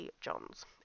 Johns